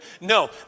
No